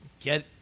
Get